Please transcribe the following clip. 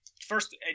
first